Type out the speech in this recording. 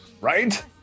Right